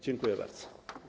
Dziękuję bardzo.